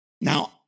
Now